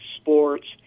sports